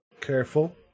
careful